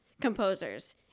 composers